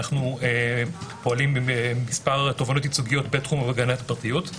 אנו פועלים במספר תובענות ייצוגיות בתחום הגנת הפרטיות.